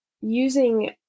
using